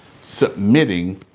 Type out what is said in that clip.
submitting